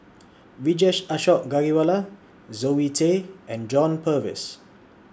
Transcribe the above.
Vijesh Ashok Ghariwala Zoe Tay and John Purvis